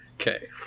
Okay